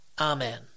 Amen